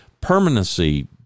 Permanency